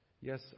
Yes